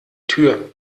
tür